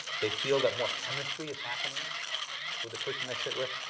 they feel that more chemistry is happening with the person they sit with.